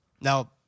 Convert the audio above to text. Now